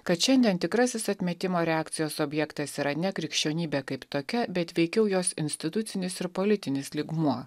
kad šiandien tikrasis atmetimo reakcijos objektas yra ne krikščionybė kaip tokia bet veikiau jos institucinis ir politinis lygmuo